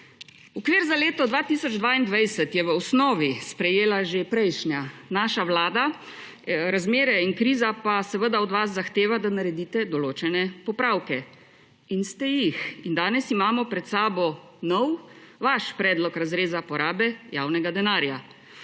Okvir za leto 2022 je v osnovi sprejela že prejšnja, naša vlada, razmere in kriza pa seveda od vas zahtevajo, da naredite določene popravke. In ste jih. Danes imamo pred sabo nov, vaš predlog razreza porabe javnega denarja.